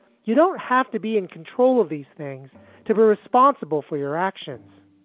you don't have to be in control of these things to be responsible for your actions.